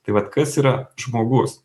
tai vat kas yra žmogus